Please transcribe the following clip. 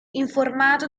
informato